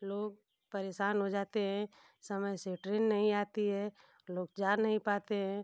लोग परेशान हो जाते हैं समय से ट्रेन नहीं आती है लोग जा नहीं पाते हैं